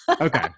Okay